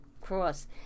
cross